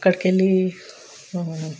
అక్కడికి వెళ్ళి